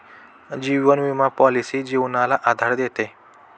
जीवन विमा पॉलिसी जीवनाला आधार देते